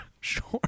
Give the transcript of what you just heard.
sure